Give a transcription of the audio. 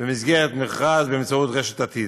במסגרת מכרז באמצעות רשת "עתיד".